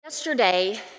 Yesterday